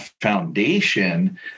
foundation